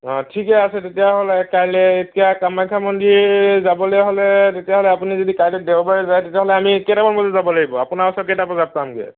অ' ঠিক আছে তেতিয়াহ'লে কাইলৈ এতিয়া কামাখ্য়া মন্দিৰ যাবলৈ হ'লে তেতিয়াহ'লে আপুনি যদি কাইলৈ দেওবাৰে যায় তেতিয়াহ'লে আমি কেইটামান বজাত যাব লাগিব আপোনাৰ ওচৰ কেইটামান বজাত পামগৈ